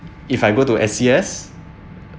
if I go to S_C_S